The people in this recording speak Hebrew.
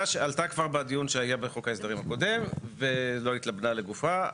עלתה כבר בדיון שהיה בחוק ההסדרים הקודם ולא התלבנה לגופה,